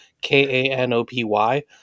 K-A-N-O-P-Y